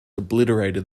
obliterated